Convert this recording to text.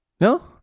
no